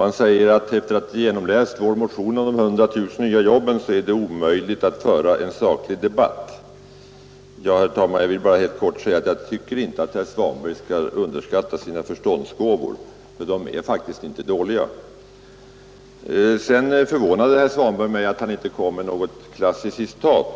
Efter att ha läst igenom vår motion om de 100 000 nya jobben är det omöjligt att föra en saklig debatt, säger han. Jag tycker inte att herr Svanberg skall underskatta sina förståndsgåvor, för de är faktiskt inte dåliga. Sedan förvånade herr Svanberg mig genom att inte komma med något klassiskt citat.